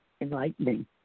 enlightening